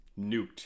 Nuked